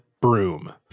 broom